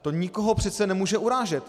To nikoho přece nemůže urážet.